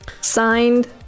Signed